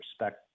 respect